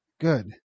Good